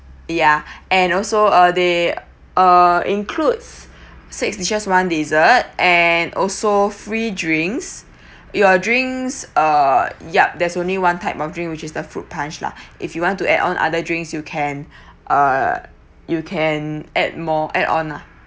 ya and also uh they uh includes six dishes one dessert and also free drinks your drinks uh yup there's only one type of drink which is the fruit punch lah if you want to add on other drinks you can uh you can add more add on lah